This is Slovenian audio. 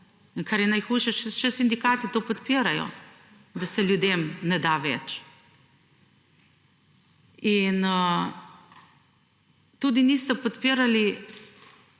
kar je najhujše, še sindikati to podpirajo, da se ljudem ne da več. In, tudi niste podpirali